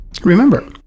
Remember